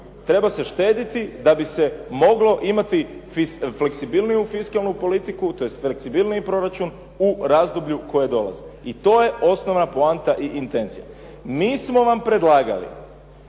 Treba se štedjeti da bi se moglo imati fleksibilniju fiskalnu politiku tj. fleksibilniji proračun u razdoblju koje dolazi i to je osnovna poanta i intencija. Mi smo vam predlagali